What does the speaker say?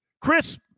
Chris